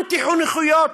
אנטי-חינוכיות.